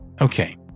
Okay